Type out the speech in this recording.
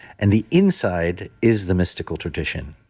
and the inside is the mystical tradition.